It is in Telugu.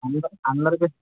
అంద అందరికి